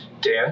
Dan